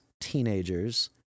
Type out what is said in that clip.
teenagers